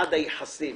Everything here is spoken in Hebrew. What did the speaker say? במנעד היחסים